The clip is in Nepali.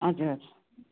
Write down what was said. हजुर हजुर